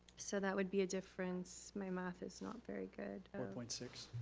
so that would be a difference, my math is not very good. four point six.